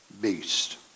beast